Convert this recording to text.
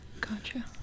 Gotcha